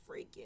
freaking